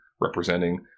representing